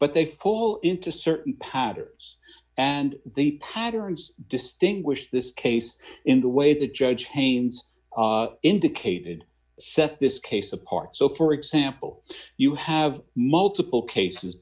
but they fall into certain patterns and the patterns distinguish this case in the way that judge chains indicated set this case apart so for example you have multiple cases